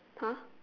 !huh!